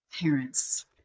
parents